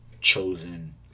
chosen